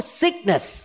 sickness